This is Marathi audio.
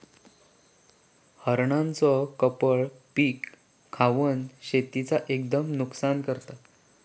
हरणांचो कळप पीक खावन शेतीचा एकदम नुकसान करता